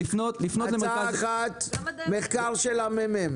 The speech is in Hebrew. הצעה אחת היא לפנות למרכז המחקר והמידע